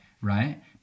right